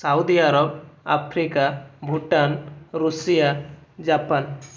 Saudi Arab Africa Bhutan Russia Japan